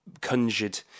conjured